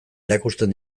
erakusten